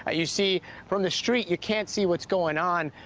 ah you see from the street you can't see what's going on.